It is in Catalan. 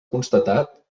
constatat